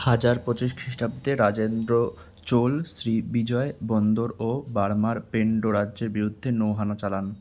হাজার পঁচিশ খ্রিস্টাব্দে রাজেন্দ্র চোল শ্রীবিজয় বন্দর ও বার্মার পেন্ডো রাজ্যের বিরুদ্ধে নৌ হানা চালান